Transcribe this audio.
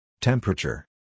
Temperature